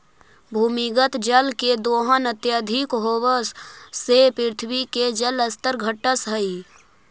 भूमिगत जल के दोहन अत्यधिक होवऽ से पृथ्वी के जल स्तर घटऽ हई